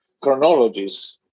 chronologies